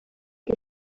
que